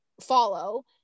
follow